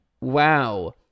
Wow